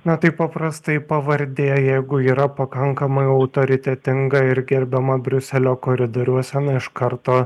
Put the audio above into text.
na tai paprastai pavardė jeigu yra pakankamai autoritetinga ir gerbiama briuselio koridoriuose iš karto